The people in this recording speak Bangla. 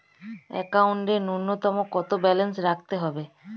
একাউন্টে নূন্যতম কত ব্যালেন্স রাখতে হবে?